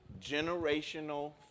generational